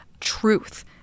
truth